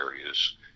areas